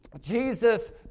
Jesus